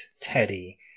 Teddy